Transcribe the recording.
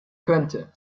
könnte